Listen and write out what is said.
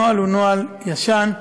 הנוהל הוא נוהל ישן.